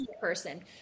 person